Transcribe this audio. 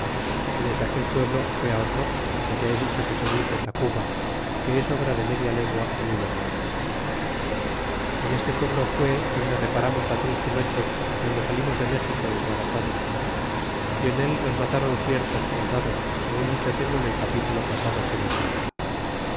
y desde aquel pueblo fué otro que ya he dicho que se dice tacuba que es obra de media legua el uno del otro en este pueblo fué donde reparamos la triste noche guando alimos de méxico desbaratados y en él nos matron ciertos soldados segun dicho tengo en el capitulo pasado que dello habla